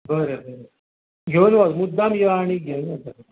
बरें बरें घेवन वच मुद्दाम यो आनी घेवन वचा